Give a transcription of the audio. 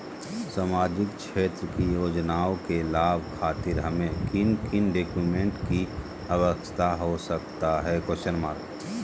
सामाजिक क्षेत्र की योजनाओं के लाभ खातिर हमें किन किन डॉक्यूमेंट की आवश्यकता हो सकता है?